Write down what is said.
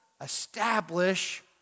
establish